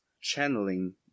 channeling